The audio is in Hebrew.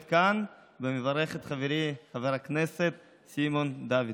כאן ומברך את חברי חבר הכנסת סימון דוידסון.